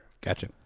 Gotcha